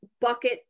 bucket